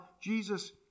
Jesus